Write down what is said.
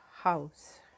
house